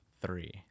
three